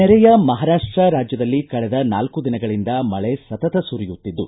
ನೆರೆಯ ಮಹಾರಾಷ್ಟ ರಾಜ್ಯದಲ್ಲಿ ಕಳೆದ ನಾಲ್ಕು ದಿನಗಳಿಂದ ಮಳೆ ಸತತ ಸುರಿಯುತ್ತಿದ್ದು